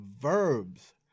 Verbs